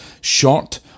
short